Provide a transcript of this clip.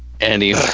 Andy